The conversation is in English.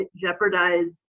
jeopardize